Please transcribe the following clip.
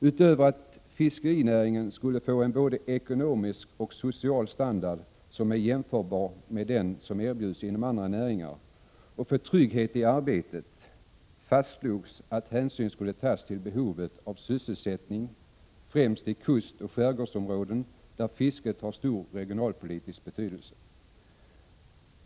Utöver att fiskerinäringen skulle få en både ekonomisk och social standard som är jämförbar med den som erbjuds inom andra näringar och erbjuda trygghet i arbetet, fastslogs att hänsyn skulle tas till behovet av sysselsättning, främst i kustoch skärgårdsområden, där fisket har stor regionalpolitisk betydelse.